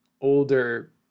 older